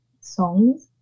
songs